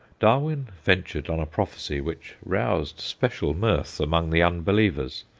darwin ventured on a prophecy which roused special mirth among the unbelievers.